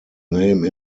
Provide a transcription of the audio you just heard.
name